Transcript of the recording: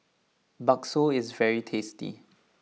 Bakso is very tasty